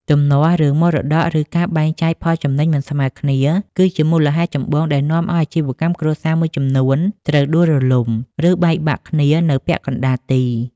ទំនាស់រឿងមរតក ឬការបែងចែកផលចំណេញមិនស្មើភាព គឺជាមូលហេតុចម្បងដែលនាំឱ្យអាជីវកម្មគ្រួសារមួយចំនួនត្រូវដួលរលំ ឬបែកបាក់គ្នានៅពាក់កណ្ដាលទី។